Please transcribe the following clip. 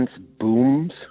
booms